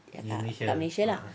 ya kat malaysia ah